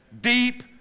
Deep